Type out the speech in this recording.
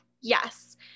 Yes